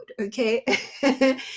Okay